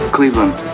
Cleveland